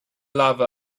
lava